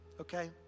okay